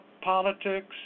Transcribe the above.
politics